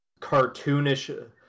cartoonish